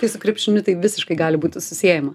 kai su krepšiniu tai visiškai gali būti susiejama